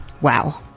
Wow